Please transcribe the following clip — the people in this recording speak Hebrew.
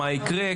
מה יקרה,